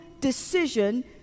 decision